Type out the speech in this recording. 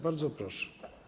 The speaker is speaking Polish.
Bardzo proszę.